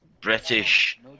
British